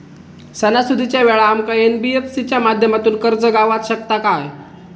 सणासुदीच्या वेळा आमका एन.बी.एफ.सी च्या माध्यमातून कर्ज गावात शकता काय?